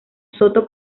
soto